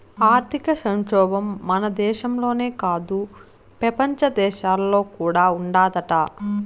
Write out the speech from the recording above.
ఆర్థిక సంక్షోబం మన దేశంలోనే కాదు, పెపంచ దేశాల్లో కూడా ఉండాదట